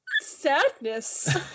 sadness